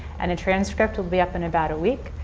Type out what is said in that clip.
and a transcript will be up in about a week.